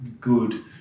good